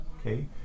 okay